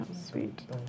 Sweet